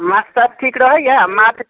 माथ ताथ ठीक रहैया माथ